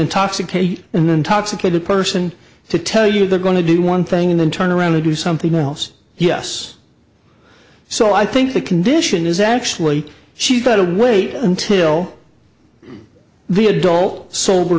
intoxicated and intoxicated person to tell you they're going to do one thing and then turn around to do something else yes so i think the condition is actually she's better wait until the adult sober